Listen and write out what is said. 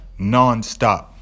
nonstop